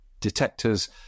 detectors